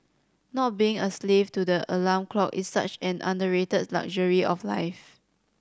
not being a slave to the alarm clock is such an underrated luxury of life